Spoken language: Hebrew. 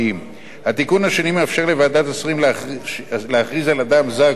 התיקון השני מאפשר לוועדת השרים להכריז על אדם זר כפעיל טרור,